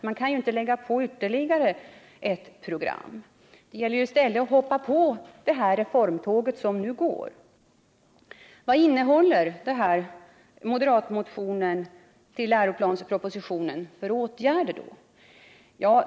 Man kan inte lägga till ytterligare ett program. Det gäller i stället att hoppa på det reformtåg som nu går. Vad innehåller då moderatmotionen till läroplanspropositionen för förslag till åtgärder?